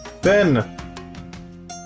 Ben